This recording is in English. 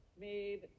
Made